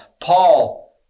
Paul